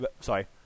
sorry